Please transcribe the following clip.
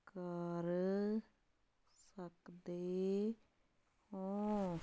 ਕਰ ਸਕਦੇ ਹੋ